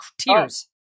tears